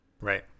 Right